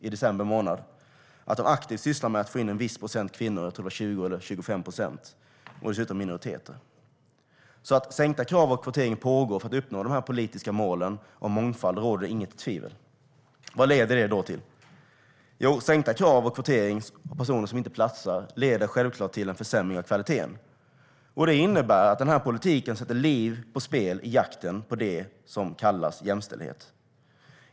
i december månad att de aktivt sysslar med att få in en viss procent kvinnor - jag tror att det var 20 eller 25 procent - och dessutom minoriteter. Att kravsänkning och kvotering pågår för att uppnå dessa politiska mål om mångfald råder det inget tvivel om. Vad leder det då till? Jo, sänkta krav och kvotering av personer som inte platsar leder självklart till en försämring av kvaliteten. Det innebär att den här politiken sätter liv på spel i jakten på det som kallas jämställdhet.